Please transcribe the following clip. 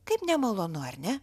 kaip nemalonu ar ne